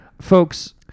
folks